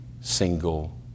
single